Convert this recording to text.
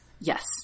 Yes